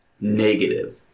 Negative